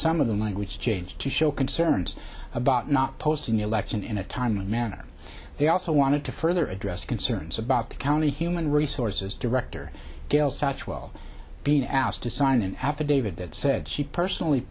some of the mind which change to show concerns about not posting election in a timely manner they also wanted to further address concerns about the county human resources director gail such well being asked to sign an affidavit that said she personally